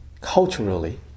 Culturally